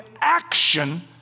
action